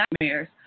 nightmares